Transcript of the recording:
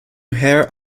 heir